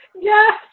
Yes